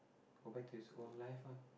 go back to his own life ah